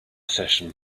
session